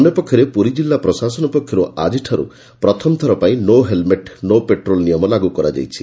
ଅନ୍ୟପକ୍ଷରେ ପୁରୀ କିଲ୍ଲା ପ୍ରଶାସନ ପକ୍ଷର୍ ଆଜିଠାର୍ ପ୍ରଥମଥର ପାଇଁ ନୋ ହେଲ୍ମେଟ୍ ନୋ ପେଟ୍ରୋଲ୍ ନିୟମ ଲାଗୁ କରାଯାଇଛି